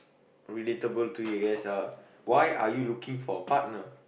relatable to you guys uh why are you looking for a partner